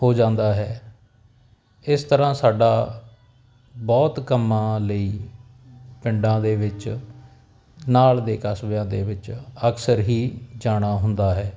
ਹੋ ਜਾਂਦਾ ਹੈ ਇਸ ਤਰ੍ਹਾਂ ਸਾਡਾ ਬਹੁਤ ਕੰਮਾਂ ਲਈ ਪਿੰਡਾਂ ਦੇ ਵਿੱਚ ਨਾਲ ਦੇ ਕਸਬਿਆਂ ਦੇ ਵਿੱਚ ਅਕਸਰ ਹੀ ਜਾਣਾ ਹੁੰਦਾ ਹੈ